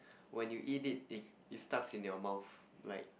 when you eat it in it stuck in your mouth like